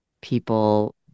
people